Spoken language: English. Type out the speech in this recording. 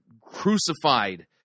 crucified